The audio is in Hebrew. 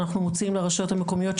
שאנחנו מוציאים לרשויות המקומית,